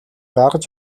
гаргаж